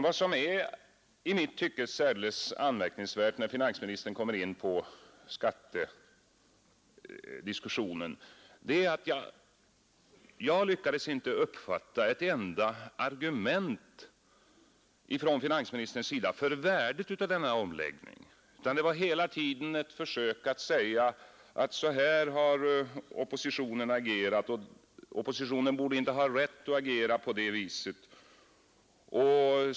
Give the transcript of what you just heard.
Vad som är i mitt tycke särdeles anmärkningsvärt när finansministern kom in på skattediskussionen är att det — såvitt jag lyckades uppfatta — inte fanns ett enda argument ifrån finansministerns sida för värdet av denna omläggning. Det var hela tiden ett försök att säga att ”så här har oppositionen agerat, och den borde inte ha rätt att agera på det viset”.